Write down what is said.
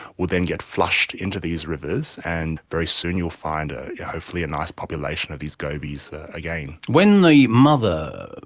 would then get flushed into these rivers and very soon you'll find ah yeah hopefully a nice population of these gobies again. when the mother,